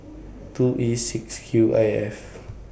two E six Q I F